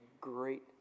great